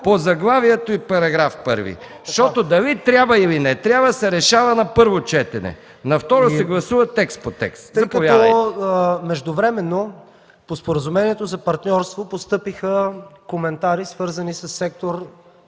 по заглавието и § 1. Защото дали трябва, или не трябва се решава на първо четене. На второ се гласува текст по текст. СТРАХИЛ АНГЕЛОВ: Тъй като междувременно по Споразумението за партньорство постъпиха коментари, свързани със сектор